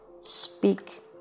speak